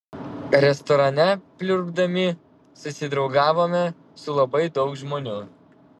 restorane pliurpdami susidraugavome su labai daug žmonių